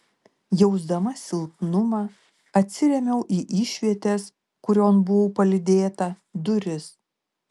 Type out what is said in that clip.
jausdama silpnumą atsirėmiau į išvietės kurion buvau palydėta duris